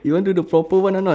you want to do proper one or not